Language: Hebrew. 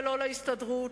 ולא להסתדרות,